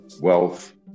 wealth